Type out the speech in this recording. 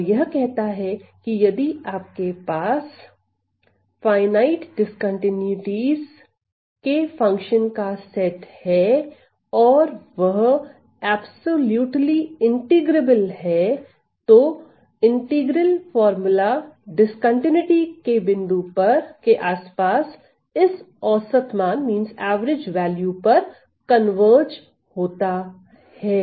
और यह कहता है कि यदि आपके पास परिमित असांतत्यताओं के फंक्शन का सेट है और वह परिशुद्ध समाकलनीय है तो समाकल सूत्र असांतत्यता बिंदु के आस पास इस औसत मान पर अभिसरित होता है